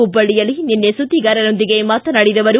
ಹುಬ್ಬಳ್ಳಯಲ್ಲಿ ನಿನ್ನೆ ಸುದ್ದಿಗಾರರೊಂದಿಗೆ ಮಾತನಾಡಿದ ಅವರು